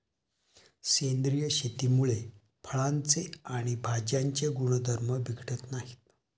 सेंद्रिय शेतीमुळे फळांचे आणि भाज्यांचे गुणधर्म बिघडत नाहीत